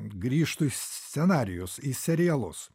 grįžtu į scenarijus į serialus